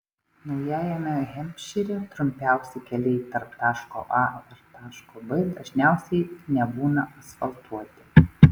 naujajame hampšyre trumpiausi keliai tarp taško a ir taško b dažniausiai nebūna asfaltuoti